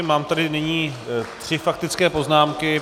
Mám tady nyní tři faktické poznámky.